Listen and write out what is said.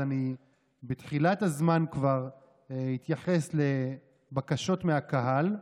בתחילת הזמן כבר אתייחס לבקשות מהקהל.